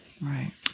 Right